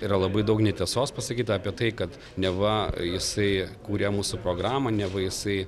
yra labai daug netiesos pasakyta apie tai kad neva jisai kūrė mūsų programą neva jisai